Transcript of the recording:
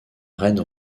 reine